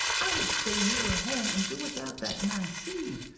i would stay nearer home and do without that nice seed.